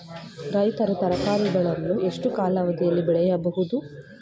ರೈತರು ತರಕಾರಿಗಳನ್ನು ಎಷ್ಟು ಕಾಲಾವಧಿಯಲ್ಲಿ ಬೆಳೆಯಬಹುದು?